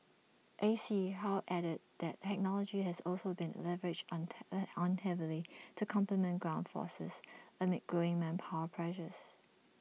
A C How added that technology has also been leveraged on ten on heavily to complement ground forces amid growing manpower pressures